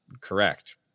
correct